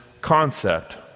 concept